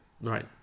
Right